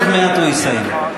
עוד מעט הוא יסיים.